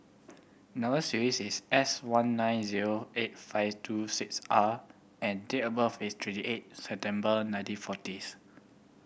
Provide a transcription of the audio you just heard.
number S one nine zero eight five two six R and date of birth is twenty eight September nineteen forties